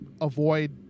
avoid